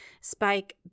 Spike